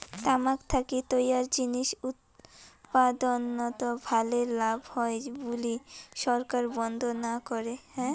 তামাক থাকি তৈয়ার জিনিস উৎপাদনত ভালে লাভ হয় বুলি সরকার বন্ধ না করে